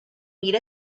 meet